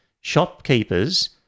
shopkeepers